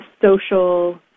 social